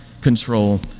control